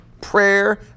Prayer